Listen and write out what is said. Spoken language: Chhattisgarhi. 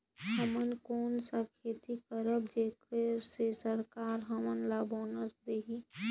हमन कौन का खेती करबो जेकर से सरकार हमन ला बोनस देही?